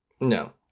No